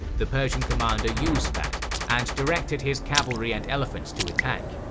the persian commander used that and directed his cavalry and elephants to attack.